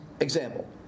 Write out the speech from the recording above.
Example